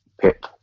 pip